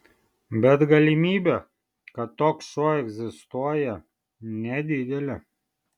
bet galimybė kad toks šuo egzistuoja nedidelė